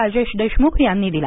राजेश देशमुख यांनी दिला